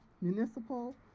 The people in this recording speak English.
municipal